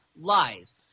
lies